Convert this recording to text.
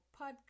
podcast